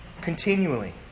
continually